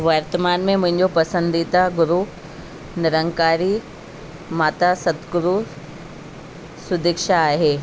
वर्तमान में मुंहिजो पसंदीदा गुरू निरंकारी माता सतगुरू सुदिक्षा आहे